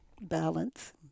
balance